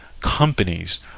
companies